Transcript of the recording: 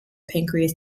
pancreas